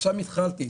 שם התחלתי.